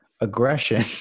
aggression